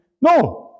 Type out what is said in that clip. No